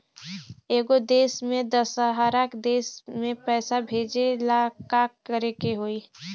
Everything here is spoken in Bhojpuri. एगो देश से दशहरा देश मे पैसा भेजे ला का करेके होई?